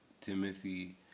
Timothy